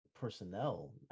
personnel